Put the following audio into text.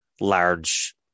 large